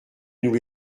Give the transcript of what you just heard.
nous